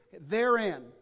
therein